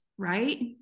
right